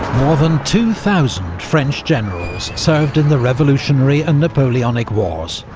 more than two thousand french generals served in the revolutionary and napoleonic wars.